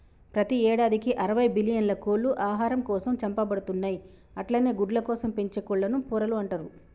ప్రతి యేడాదికి అరవై బిల్లియన్ల కోళ్లు ఆహారం కోసం చంపబడుతున్నయి అట్లనే గుడ్లకోసం పెంచే కోళ్లను పొరలు అంటరు